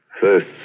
First